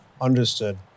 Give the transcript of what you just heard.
Understood